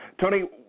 Tony